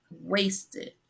wasted